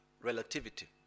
relativity